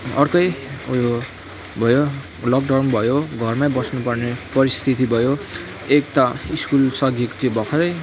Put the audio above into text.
अर्कै उयो भयो लकडाउन भयो घरमै बस्नु पर्ने परिस्थिति भयो एक त स्कुल सकेको थियो भर्खरै